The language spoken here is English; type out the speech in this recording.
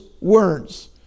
words